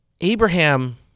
Abraham